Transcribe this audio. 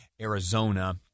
Arizona